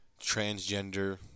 transgender